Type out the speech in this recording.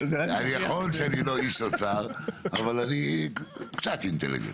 נכון שאני לא איש אוצר אבל אני קצת אינטליגנט.